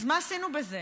אז מה עשינו בזה?